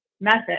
method